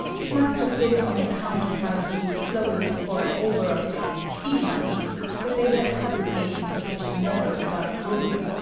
it must have been on account of my being slow in the fork over of this tea money that they had huddled me into such a narrow, dark room.